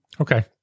Okay